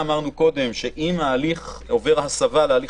ולהכניס לפה גם שעל כל שינוי מהותי כזה מנהל ההסדר יודיע לבית